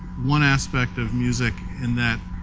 one aspect of music in that,